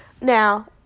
Now